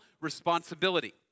responsibility